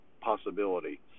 possibility